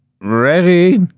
ready